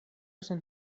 sen